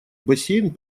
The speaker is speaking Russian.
бассейн